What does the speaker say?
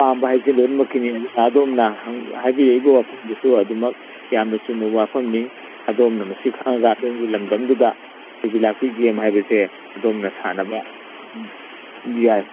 ꯄꯥꯝꯕ ꯍꯥꯏꯕꯁꯦ ꯂꯣꯏꯅꯃꯛꯀꯤꯅꯤ ꯑꯗꯣꯝꯅ ꯍꯥꯏꯕꯤꯔꯛꯏꯕ ꯋꯥꯐꯝꯗꯨꯁꯨ ꯑꯗꯨꯃꯛ ꯌꯥꯝꯅ ꯆꯨꯝꯕ ꯋꯥꯐꯝꯅꯤ ꯑꯗꯣꯝꯅ ꯃꯁꯤ ꯈꯪꯉꯒ ꯑꯗꯣꯝꯒꯤ ꯂꯝꯗꯝꯗꯨꯗ ꯌꯨꯕꯤ ꯂꯥꯛꯄꯤ ꯒꯦꯝ ꯍꯥꯏꯕꯁꯦ ꯑꯗꯣꯝꯅ ꯁꯥꯟꯅꯕ ꯑꯗꯨꯝ ꯌꯥꯏ